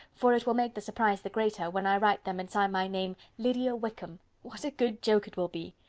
for it will make the surprise the greater, when i write to them and sign my name lydia wickham what a good joke it will be!